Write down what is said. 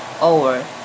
over